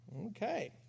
Okay